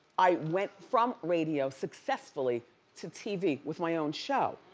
i went from radio successfully to tv with my own show.